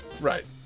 Right